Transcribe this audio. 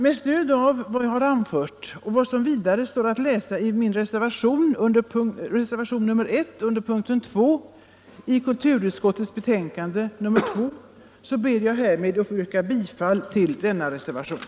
Med stöd av vad jag anfört och vad som vidare framhålls i reservationen vid punkten 2 i kulturutskottets betänkande nr 2 ber jag härmed att få yrka bifall till denna reservation.